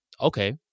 okay